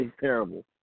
terrible